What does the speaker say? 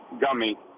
gummy